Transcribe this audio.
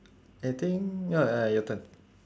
I think uh uh your turn